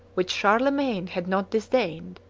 which charlemagne had not disdained,